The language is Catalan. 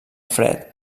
fred